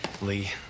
Lee